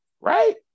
right